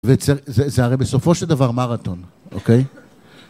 וזה הרי בסופו של דבר מרתון, אוקיי?